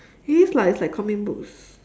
it is lah it's like comic books